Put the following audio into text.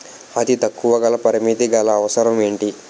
అతి తక్కువ కాల పరిమితి గల అవసరం ఏంటి